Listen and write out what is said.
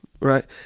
right